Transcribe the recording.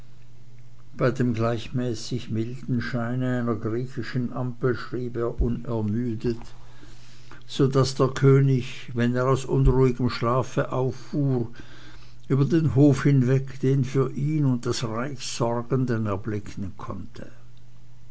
bei dem gleichmäßig milden scheine einer griechischen ampel schrieb er unermüdet so daß der könig wann er aus unruhigem schlafe auffuhr über den hof hinweg den für ihn und das reich sorgenden erblicken konnte